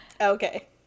Okay